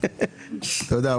תודה.